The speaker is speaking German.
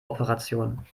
operation